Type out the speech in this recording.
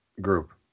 group